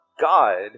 God